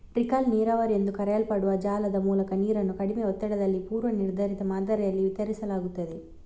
trickle ನೀರಾವರಿ ಎಂದು ಕರೆಯಲ್ಪಡುವ ಜಾಲದ ಮೂಲಕ ನೀರನ್ನು ಕಡಿಮೆ ಒತ್ತಡದಲ್ಲಿ ಪೂರ್ವ ನಿರ್ಧರಿತ ಮಾದರಿಯಲ್ಲಿ ವಿತರಿಸಲಾಗುತ್ತದೆ